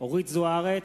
אורית זוארץ,